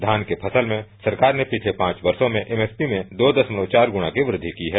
धान की फसल में सरकार ने पिछले पांच वर्षों में एमएसपी में दो दशमलव चार गुणा की वृद्धि की है